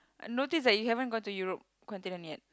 notice that you haven't gone to Europe continent yet